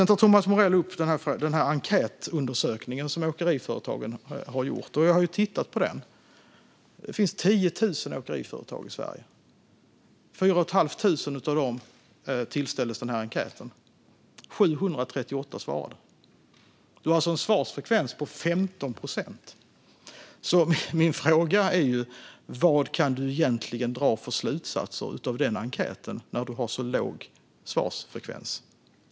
Thomas Morell tar upp den enkätundersökning som åkeriföretagen har gjort. Jag har tittat på den. Det finns 10 000 åkeriföretag i Sverige. 4 500 av dem tillställdes den här enkäten. 738 svarade. Det var alltså en svarsfrekvens på 15 procent. Min fråga är: Vad kan man egentligen dra för slutsatser av den enkäten när man har så låg svarsfrekvens?